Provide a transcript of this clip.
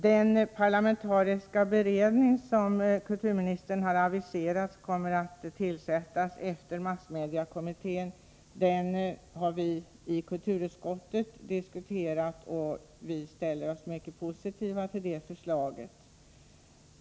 Den parlamentariska beredning som kulturministern har aviserat kommer att tillsättas efter det att massmediekommittén slutfört sitt uppdrag. Vi har i kulturutskottet diskuterat denna beredning, och vi ställer oss mycket positiva till det förslaget.